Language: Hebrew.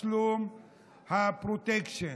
תשלום הפרוטקשן,